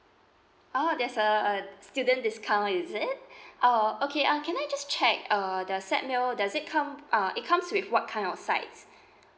oh there's a a student discount is it oh okay uh can I just check uh the set meal does it come uh it comes with what kind of sides